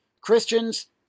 Christians